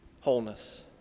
wholeness